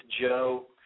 Joe